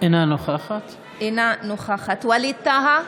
אינה נוכחת ווליד טאהא,